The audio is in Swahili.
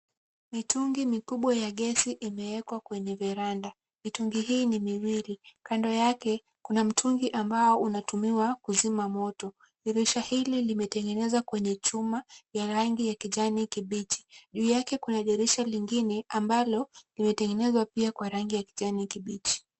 Mitungi mikubwa ya gesi imewekwa kwenye veranda. Mitungi hii ni miwili, kando yake kuna mtungi ambao unatumiwa kuzima moto. Dirisha hili limetengenezwa kwenye chuma ya rangi ya kijani kibichi. Juu yake kuna dirisha lingine ambalo limetengenezwa pia kwa rangi ya kijani kibichi.